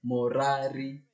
Morari